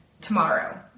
tomorrow